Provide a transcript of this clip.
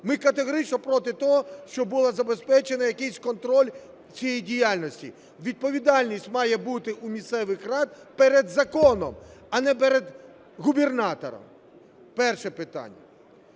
Ми категорично проти того, щоб було забезпечено якийсь контроль в цій діяльності. Відповідальність має бути у місцевих рад перед законом, а не перед губернатором. Перше питання.